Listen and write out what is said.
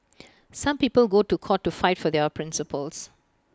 some people go to court to fight for their principles